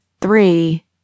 three